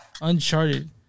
Uncharted